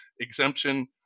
exemption